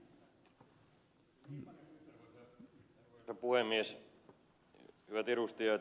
paljon kysymyksiä